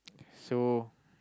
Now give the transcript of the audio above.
so